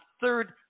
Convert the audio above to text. third